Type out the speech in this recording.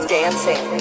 dancing